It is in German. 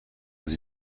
sie